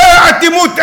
ואטימות,